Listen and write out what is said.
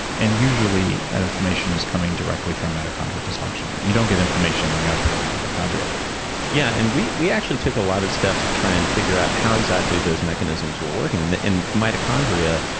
and usually, that inflammation is coming directly from mitochondrial dysfunction. you don't get inflammation when you have perfect mitochondria yeah, and we we actually took a lot of steps to try and figure out how exactly those mechanisms were working. and and mitochondria,